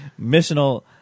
missional